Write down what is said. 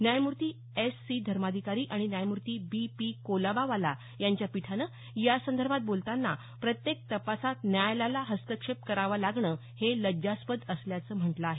न्यायमूर्ती S C Dharmadhikari आणि न्यायमूर्ती बी पी कोलाबावाला यांच्या पीठानं यासंदर्भात बोलताना प्रत्येक तपासात न्यायालयाला हस्तक्षेप करावा लागणं हे लज्जास्पद असल्याचं म्हटलं आहे